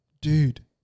dude